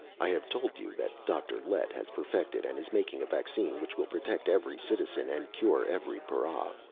i have told you that dr. lett has perfected and is making a vaccine which will protect every citizen and cure every para.